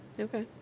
Okay